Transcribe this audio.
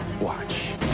Watch